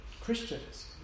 Christians